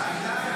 --- ועדת קישוט.